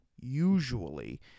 usually